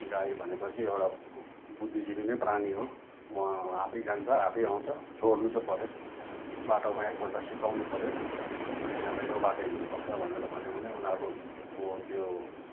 गाई भनेपछि एउटा बुद्धिजीवी नै प्राणी हो उहाँ आफै जान्छ आफै आउँछ छोड्नु चाहिँ पऱ्यो बाटोमा एकपल्ट सिकाउनु पऱ्यो तिनीहरूलाई यो बाटो हिँड्नुपर्छ भनेर भन्यो भने उनीहरूको त्यो